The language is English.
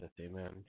Amen